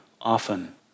often